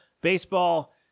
baseball